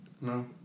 no